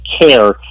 Care